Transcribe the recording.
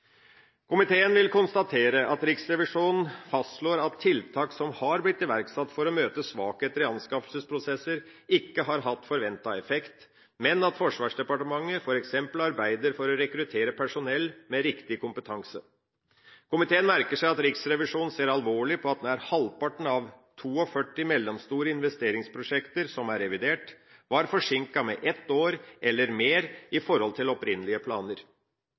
Komiteen vil konstatere at Riksrevisjonen fastslår at tiltak som har blitt iverksatt for å møte svakheter i anskaffelsesprosesser, ikke har hatt forventet effekt, men at Forsvarsdepartementet f.eks. arbeider for å rekruttere personell med riktig kompetanse. Komiteen merker seg at Riksrevisjonen ser alvorlig på at nær halvparten av 42 mellomstore investeringsprosjekter som er revidert, var forsinket med ett år eller mer i forhold til opprinnelige planer,